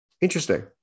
Interesting